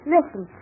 Listen